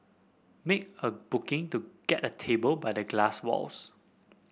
make a booking to get a table by the glass walls